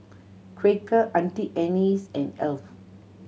Quaker Auntie Anne's and Alf